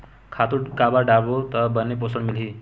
खातु काबर डारबो त बने पोषण मिलही?